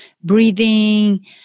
breathing